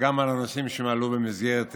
גם על הנושאים שעלו במסגרת האי-אמון: